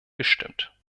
gestimmt